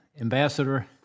ambassador